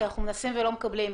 כי אנחנו מנסים ולא מקבלים.